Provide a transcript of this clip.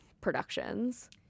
productions